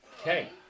Okay